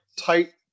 tight